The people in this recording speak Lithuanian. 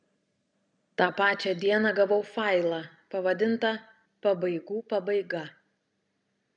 tą pačią dieną gavau failą pavadintą pabaigų pabaiga